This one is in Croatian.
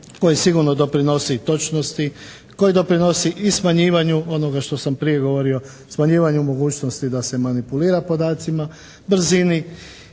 koji sigurno doprinosi točnosti, koji doprinosi i smanjivanju onoga što sam prije govorio, smanjivanju mogućnosti da se manipulira podacima, brzini